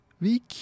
week